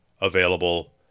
available